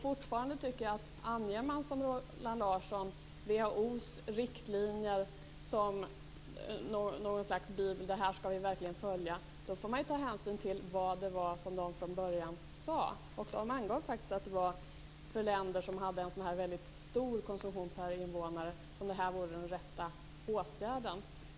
Fortfarande tycker jag att om man, som Roland Larsson gör, anger WHO:s riktlinjer som något slags bibel som man verkligen skall följa, får man ju ta hänsyn till vad det var som WHO från början sade. WHO angav faktiskt att det var för länder som hade en väldigt hög konsumtion per invånare som detta vore den rätta åtgärden.